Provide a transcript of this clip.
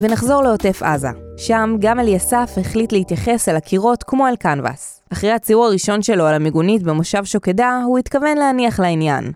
ונחזור לעוטף עזה, שם גם אליסף החליט להתייחס אל הקירות כמו אל קאנבס. אחרי הציור הראשון שלו על המיגונית במושב שוקדה, הוא התכוון להניח לעניין